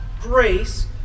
grace